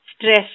stress